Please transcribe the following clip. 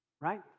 right